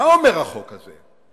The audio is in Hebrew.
מה אומר החוק הזה,